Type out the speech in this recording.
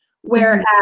Whereas